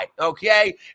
okay